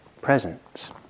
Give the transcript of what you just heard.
presence